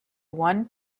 one